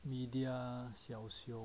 media 晓雄